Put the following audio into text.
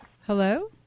hello